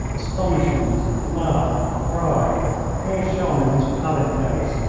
astonishment, love, pride all shone in his pallid face.